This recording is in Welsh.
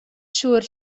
siŵr